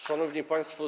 Szanowni Państwo!